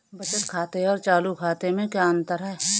बचत खाते और चालू खाते में क्या अंतर है?